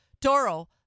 Doro